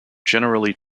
generally